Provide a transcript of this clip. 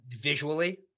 visually